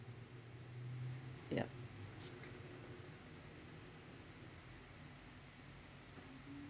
yup